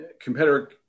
competitor